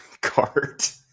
cart